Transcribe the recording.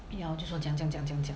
ya 我就讲讲讲讲讲